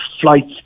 flights